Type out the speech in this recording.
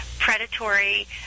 predatory